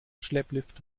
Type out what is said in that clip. schlepplift